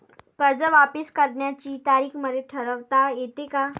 कर्ज वापिस करण्याची तारीख मले ठरवता येते का?